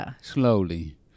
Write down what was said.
slowly